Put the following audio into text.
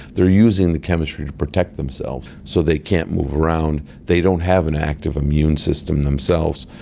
they are using the chemistry to protect themselves, so they can't move around. they don't have an active immune system themselves.